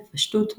בפשטות,